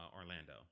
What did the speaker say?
Orlando